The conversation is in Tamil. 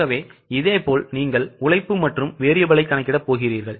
ஆகவே இதேபோல் நீங்கள் உழைப்பு மற்றும் variableஐ கணக்கிடப் போகிறீர்கள்